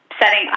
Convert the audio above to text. setting